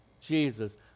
Jesus